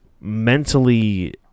mentally